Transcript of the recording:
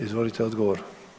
Izvolite odgovor.